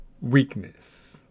weakness